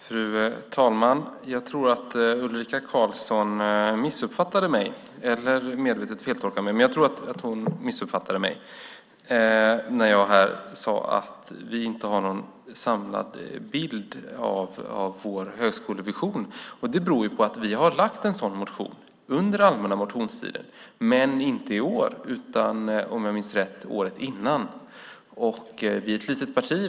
Fru talman! Jag tror att Ulrika Carlsson i Skövde missuppfattade mig, vilket jag tror, eller medvetet feltolkade mig när jag sade att vi inte har någon samlad bild av vår högskolevision. Det beror på att vi har väckt en sådan motion under allmänna motionstiden, men inte i år utan om jag minns rätt året innan. Miljöpartiet är ett litet parti.